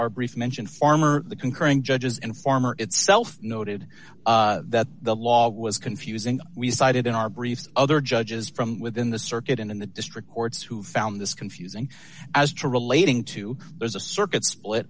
our brief mention farmer the concurring judges and former itself noted that the law was confusing we cited in our briefs other judges from within the circuit and in the district courts who found this confusing as to relating to there's a circuit split